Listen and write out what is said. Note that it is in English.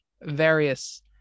various